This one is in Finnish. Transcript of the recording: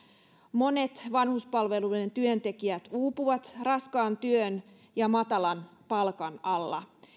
monet vanhuspalveluiden työntekijät uupuvat raskaan työn ja matalan palkan alla